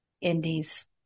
Indies